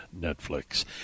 Netflix